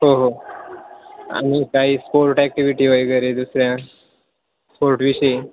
हो हो आणि काही स्पोर्ट ॲक्टि्हिटी वगैरे दुसऱ्या स्पोर्टविषयी